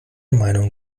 meinung